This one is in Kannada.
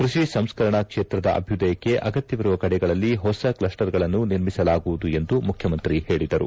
ಕೃಷಿ ಸಂಸ್ಕರಣಾ ಕ್ಷೇತ್ರದ ಅಭ್ಯದಯಕ್ಷೆ ಅಗತ್ಯವಿರುವ ಕಡೆಗಳಲ್ಲಿ ಹೊಸ ಕ್ಷಸ್ಪರ್ಗಳನ್ನು ನಿರ್ಮಿಸಲಾಗುವುದು ಎಂದು ಮುಖ್ಯಮಂತ್ರಿ ಹೇಳಿದರು